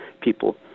people